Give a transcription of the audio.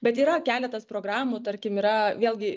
bet yra keletas programų tarkim yra vėlgi